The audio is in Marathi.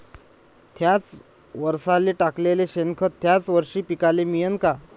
थ्याच वरसाले टाकलेलं शेनखत थ्याच वरशी पिकाले मिळन का?